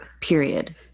period